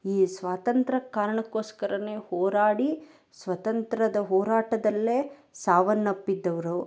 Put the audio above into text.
ಈ ಸ್ವಾತಂತ್ರ್ಯ ಕಾರಣಕೋಸ್ಕರವೇ ಹೋರಾಡಿ ಸ್ವತಂತ್ರದ ಹೋರಾಟದಲ್ಲೇ ಸಾವನ್ನಪ್ಪಿದ್ದವರು